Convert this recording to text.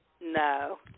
No